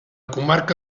comarca